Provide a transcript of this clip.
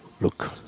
Look